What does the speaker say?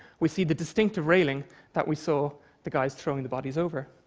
we see the distinctive railing that we saw the guys throwing the bodies over.